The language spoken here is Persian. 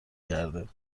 کرده